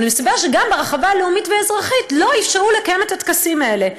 אבל מסתבר שגם ברחבה הלאומית והאזרחית לא אפשרו לקיים את הטקסים האלה.